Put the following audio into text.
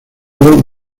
libro